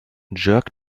jerk